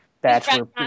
bachelor